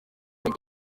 muri